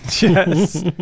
yes